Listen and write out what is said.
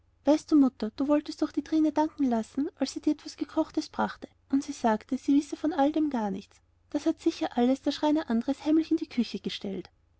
weißt du mutter du wolltest durch die trine danken lassen als sie dir etwas gekochtes brachte und sie sagte sie wisse von allem dem gar nichts das hat sicher alles der schreiner andres heimlich in die küche gestellt